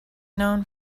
known